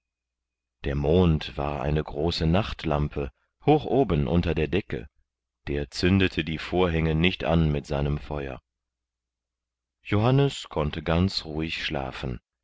der mond war eine große nachtlampe hoch oben unter der decke der zündete die vorhänge nicht an mit seinem feuer johannes konnte ganz ruhig schlafen